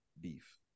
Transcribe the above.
beef